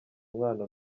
umwana